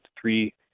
three